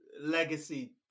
legacy